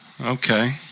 Okay